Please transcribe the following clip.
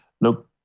look